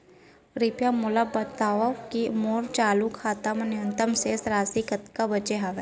कृपया मोला बतावव की मोर चालू खाता मा न्यूनतम शेष राशि कतका बाचे हवे